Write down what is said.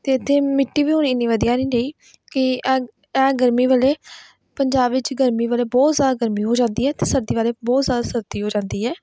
ਅਤੇ ਇੱਥੇ ਮਿੱਟੀ ਵੀ ਹੁਣ ਇੰਨੀ ਵਧੀਆ ਨਹੀਂ ਰਹੀ ਕਿ ਆਹ ਆਹ ਗਰਮੀ ਵੇਲੇ ਪੰਜਾਬ ਵਿੱਚ ਗਰਮੀ ਵੇਲੇ ਬਹੁਤ ਜ਼ਿਆਦਾ ਗਰਮੀ ਹੋ ਜਾਂਦੀ ਹੈ ਅਤੇ ਸਰਦੀ ਵੇਲੇ ਬਹੁਤ ਜ਼ਿਆਦਾ ਸਰਦੀ ਹੋ ਜਾਂਦੀ ਹੈ